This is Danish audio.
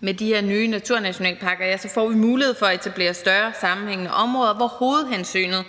Med de her nye naturnationalparker får vi mulighed for at etablere større sammenhængende områder, hvor hovedhensynet